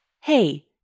Hey